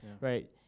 right